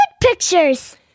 pictures